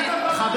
שאלת הבהרה.